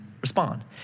respond